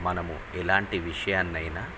మనము ఎలాంటి విషయాన్నైనా